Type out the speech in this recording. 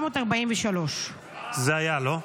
1943. זה היה, לא?